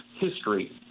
history